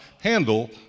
handle